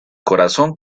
corazón